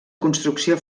construcció